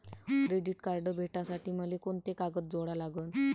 Credit card भेटासाठी मले कोंते कागद जोडा लागन?